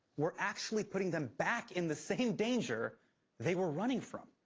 we're actually putting them back in the same danger they were running from.